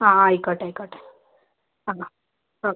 അ ആയിക്കോട്ടെ ആയിക്കോട്ടെ അ ഓക്കേ